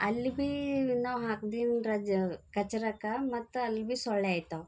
ಅಲ್ಲೂ ಬೀ ನಾವು ಹಾಕಿದ್ದಿಂದ ರಜಾ ಕಚ್ಡಾಕ ಮತ್ತೆ ಅಲ್ಲೂ ಬಿ ಸೊಳ್ಳೆ ಆಗ್ತವ್